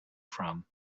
from